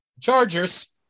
Chargers